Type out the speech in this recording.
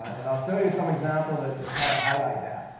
and i'll show you some example that that kind of highlight that.